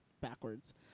backwards